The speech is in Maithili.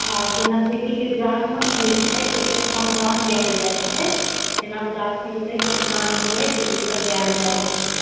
आओर जेना बेटीके दुरागमन होइ छै तऽ ओहिमे समदाउन गाएल जाइ छै जेना उदासी भेलै समदाउन भेलै से ईसब गाएल जाइ छै